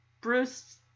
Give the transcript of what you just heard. Bruce